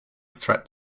threat